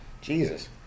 Jesus